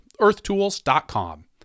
earthtools.com